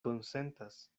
konsentas